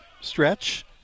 stretch